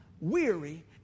weary